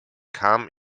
kam